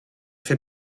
fait